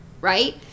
Right